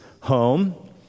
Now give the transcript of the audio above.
home